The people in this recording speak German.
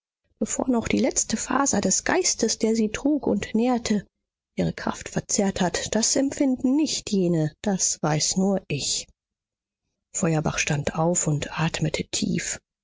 noch die letzte faser des geistes der sie trug und nährte ihre kraft verzehrt hat das empfinden nicht jene das weiß nur ich feuerbach stand auf und atmete tief